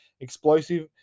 explosive